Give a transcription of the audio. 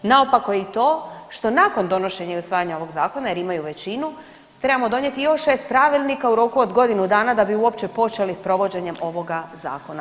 Naopako je i to što nakon donošenja i usvajanja ovog zakona jer imaju većinu trebamo donijeti još 6 pravilnika u roku od godinu dana da bi uopće počeli s provođenjem ovoga zakona.